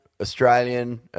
Australian